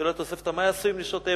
שואלת התוספתא: מה יעשו עם נשותיהם?